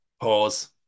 Pause